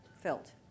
felt